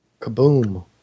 Kaboom